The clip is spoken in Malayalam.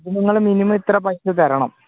ഇത് നിങ്ങൾ മിനിമം ഇത്ര പൈസ തരണം